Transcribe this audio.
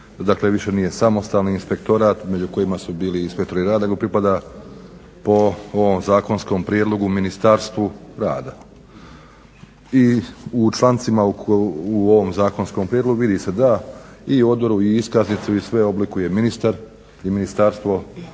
Dakle, više nije samostalni inspektorat među kojima su bili inspektori rada nego pripada po ovom zakonskom prijedlogu Ministarstvu rada. I u člancima u ovom zakonskom prijedlogu vidi se da i odoru i iskaznicu i sve oblikuje ministar i Ministarstvo rada.